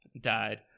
died